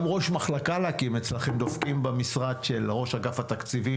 גם ראש מחלקה להקים אצלכם דופקים במשרד של ראש אגף התקציבים,